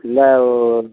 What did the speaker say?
இல்லை